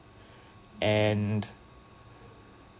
and